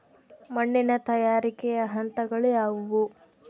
ಮಣ್ಣಿನ ತಯಾರಿಕೆಯ ಹಂತಗಳು ಯಾವುವು?